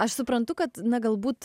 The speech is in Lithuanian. aš suprantu kad na galbūt